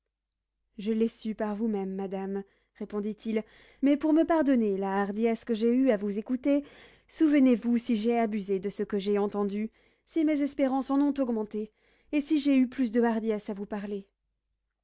je l'ai su par vous-même madame répondit-il mais pour me pardonner la hardiesse que j'ai eue de vous écouter souvenez-vous si j'ai abusé de ce que j'ai entendu si mes espérances en ont augmenté et si j'ai eu plus de hardiesse à vous parler